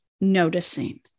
noticing